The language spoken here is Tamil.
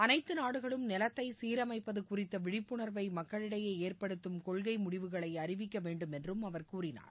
அனைத்து நாடுகளும் நிலத்தை சீரமைப்பது குறித்த விழிப்புணர்வை மக்களிடையே ஏற்படுத்தும் கொள்கை முடிவுகளை அறிவிக்க வேண்டும் என்றும் அவர் கூறினார்